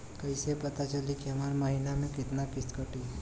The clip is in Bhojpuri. कईसे पता चली की हमार महीना में कितना किस्त कटी?